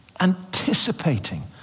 anticipating